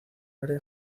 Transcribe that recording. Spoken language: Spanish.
área